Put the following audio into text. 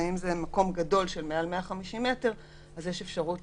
ואם זה מקום מעל 150 מטר אז יש אפשרות